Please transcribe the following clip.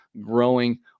growing